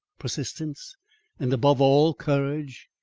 persistence and, above all, courage?